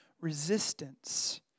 resistance